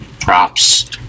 props